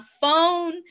phone